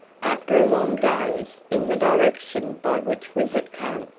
after a long gaze in the direction by which we had come.